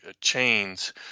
chains